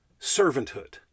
Servanthood